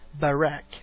Barak